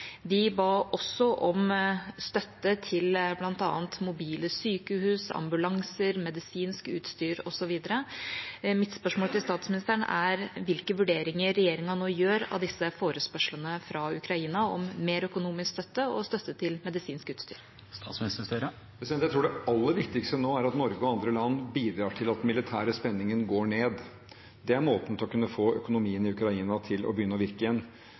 De ba også om støtte til bl.a. mobile sykehus, ambulanser, medisinsk utstyr osv. Mitt spørsmål til statsministeren er hvilke vurderinger regjeringen nå gjør av disse forespørslene fra Ukraina om mer økonomisk støtte og støtte til medisinsk utstyr. Jeg tror det aller viktigste nå er at Norge og andre land bidrar til at den militær spenningen går ned. Det er måten å kunne få økonomien i Ukraina til å begynne å virke igjen.